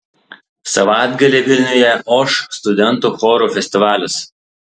savaitgalį vilniuje oš studentų chorų festivalis